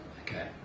Okay